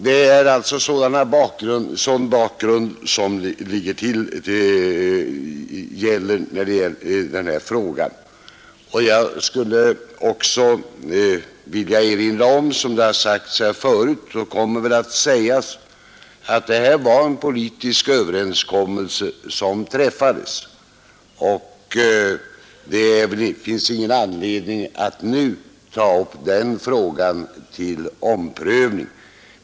Detta är alltså bakgrunden i den här frågan. Jag skulle också vilja erinra om att — det har sagts här förut och det kommer väl att sägas igen — detta var en politisk överenskommelse som träffades, och det finns ingen anledning att nu ta upp den frågan till omprövning.